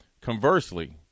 Conversely